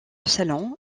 salon